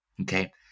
okay